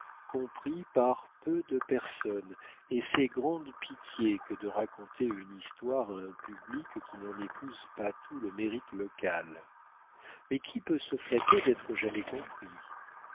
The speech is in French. compris par peu de personnes et c'est grande pitié que de raconter une histoire à un public qui n'en épouse pas tout le mérite local mais qui peut se flatter d'être jamais compris